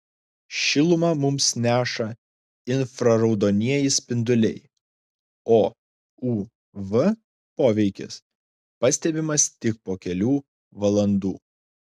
šilumą mums neša infraraudonieji spinduliai o uv poveikis pastebimas tik po kelių valandų